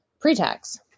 pre-tax